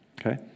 Okay